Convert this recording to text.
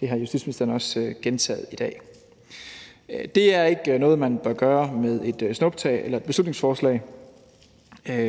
det har justitsministeren også gentaget i dag. Det er ikke noget, man bør gøre med et snuptag eller et beslutningsforslag,